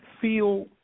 feel